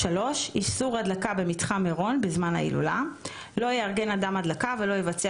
איסור הדלקה במתחם מירון בזמן ההילולה לא יארגן אדם הדלקה ולא יבצע